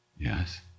Yes